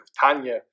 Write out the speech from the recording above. Tanya